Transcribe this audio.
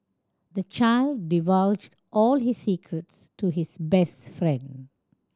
the child divulged all his secrets to his best friend